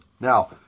Now